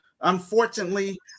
Unfortunately